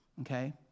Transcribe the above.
Okay